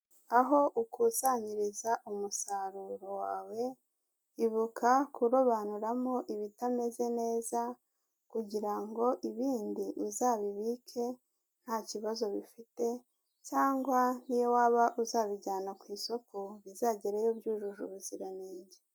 Aho ukusanyiriza umusaruro wawe, ibuka kurobanuramo ibitameze neza kugira ngo ibindi uzabibike nta kibazo bifite cyangwa nk'iyo waba uzabijyana ku isoko bizagereyo byujuje ubuziranenge.